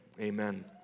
amen